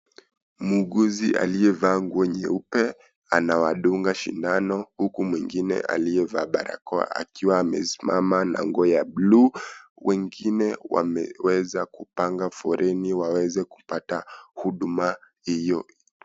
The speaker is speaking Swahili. Muuguzi aliyevaa nguo nyeupe, anawandunga shindano huku mwingine aliyevaa barakoa akiwa amesimama na nguo ya blue . Wengine wameweza kupanga foleni waweze kupata huduma hiyo.